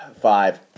Five